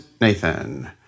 Nathan